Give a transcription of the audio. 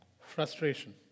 frustration